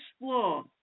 explore